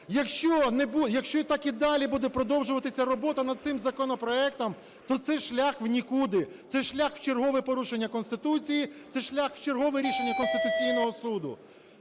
Якщо так і далі буде продовжуватися робота над цим законопроектом, то це шлях в нікуди, це шлях в чергове порушення Конституції, це шлях в чергове рішення Конституційного Суду.